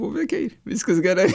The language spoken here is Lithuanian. puikiai viskas gerai